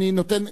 אני נותן,